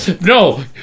No